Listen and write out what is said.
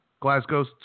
Glasgow